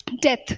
death